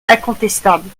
incontestable